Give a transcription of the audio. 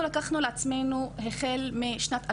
אנחנו לקחנו על עצמנו, החל משנת 2018,